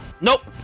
Nope